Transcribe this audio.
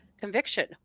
conviction